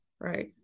right